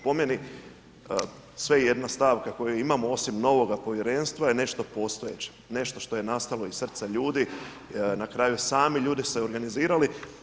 Po meni, sve i jedna stavka koju imamo osim novoga povjerenstva je nešto postojeće, nešto što je nastalo iz srca ljudi, na kraju sami ljudi su se organizirali.